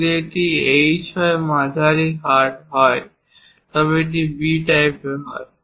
এবং যদি এটি H হয় মাঝারি হার্ড যদি এটি B টাইপের হয়